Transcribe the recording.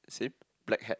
same black hat